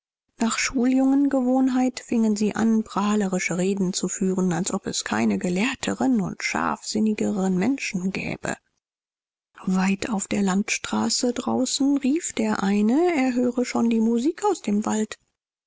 nach schuljungengewohnheit fingen sie an prahlerische reden zu führen als ob es keine gelehrteren und scharfsinnigeren menschen gäbe weit auf der landstraße draußen rief der eine er höre schon die musik aus dem wald